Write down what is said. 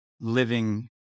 living